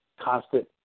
constant